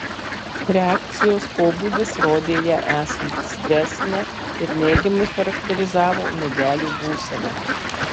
reakcijos pobūdis rodė ją esant stresinę ir neigiamai charakterizavo medelių būseną